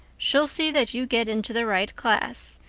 she'll see that you get into the right class.